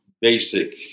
basic